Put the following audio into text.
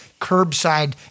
curbside